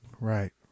right